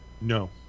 No